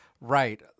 right